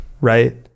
Right